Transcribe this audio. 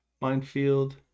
Minefield